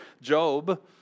Job